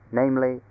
namely